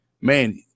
man